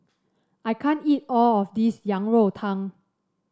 I can't eat all of this Yang Rou Tang